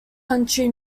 country